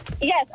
Yes